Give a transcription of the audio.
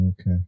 Okay